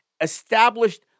established